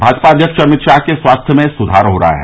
भाजपा अध्यक्ष अमित शाह के स्वास्थ्य में सुधार हो रहा है